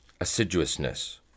assiduousness